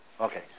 Okay